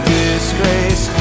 disgrace